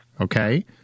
okay